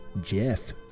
Jeff